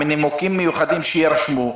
מנימוקים מיוחדים שיירשמו"